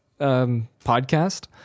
podcast